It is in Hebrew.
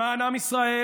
למען עם ישראל,